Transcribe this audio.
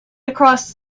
across